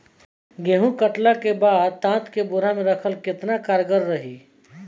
गेंहू कटला के बाद तात के बोरा मे राखल केतना कारगर रही?